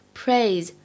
praise